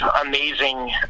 amazing